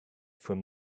from